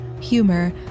humor